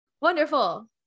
wonderful